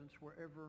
wherever